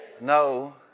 no